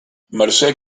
mercè